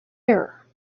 air